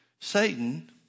Satan